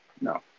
No